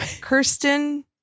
Kirsten